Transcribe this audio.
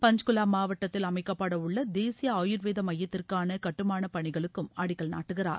பன்ச்குவா மாவட்டத்தில் அமைக்கப்படவுள்ள தேசிய ஆயுர்வேத மையத்திற்கான கட்டுமானப் பணிகளுக்கும் அடிக்கல் நாட்டுகிறார்